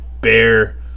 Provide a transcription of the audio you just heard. bear